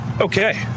Okay